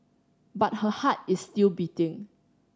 but her heart is still beating